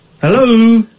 Hello